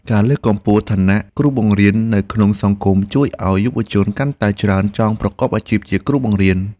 ការលើកកម្ពស់ឋានៈគ្រូបង្រៀននៅក្នុងសង្គមជួយឱ្យយុវជនកាន់តែច្រើនចង់ប្រកបអាជីពជាគ្រូបង្រៀន។